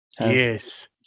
Yes